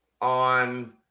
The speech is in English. on